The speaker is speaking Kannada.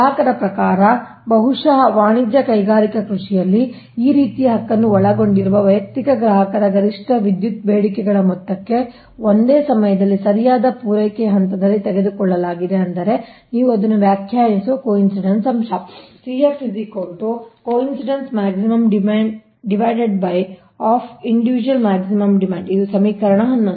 ಗ್ರಾಹಕರ ಪ್ರಕಾರ ಬಹುಶಃ ವಾಣಿಜ್ಯ ಕೈಗಾರಿಕಾ ಕೃಷಿಯು ಈ ರೀತಿಯ ಹಕ್ಕನ್ನು ಒಳಗೊಂಡಿರುವ ವೈಯಕ್ತಿಕ ಗ್ರಾಹಕರ ಗರಿಷ್ಠ ವಿದ್ಯುತ್ ಬೇಡಿಕೆಗಳ ಮೊತ್ತಕ್ಕೆ ಒಂದೇ ಸಮಯದಲ್ಲಿ ಸರಿಯಾದ ಪೂರೈಕೆಯ ಹಂತದಲ್ಲಿ ತೆಗೆದುಕೊಳ್ಳಲಾಗಿದೆ ಅಂದರೆ ನೀವು ಅದನ್ನು ವ್ಯಾಖ್ಯಾನಿಸುವ ಕೋಇನ್ಸಿಡೆನ್ಸ್ ಅಂಶ ಇದು ಸಮೀಕರಣ ೧೧